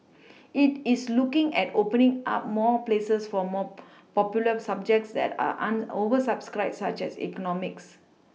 it is looking at opening up more places for more popular subjects that are un oversubscribed such as economics